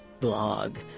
blog